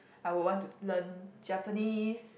I would want to learn Japanese